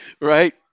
right